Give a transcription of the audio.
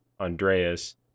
Andreas